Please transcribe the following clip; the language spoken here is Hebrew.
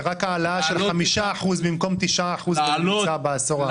זו העלאה של רק 5% במקום 9% בממוצע בעשור האחרון.